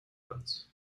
glanz